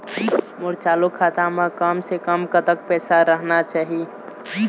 मोर चालू खाता म कम से कम कतक पैसा रहना चाही?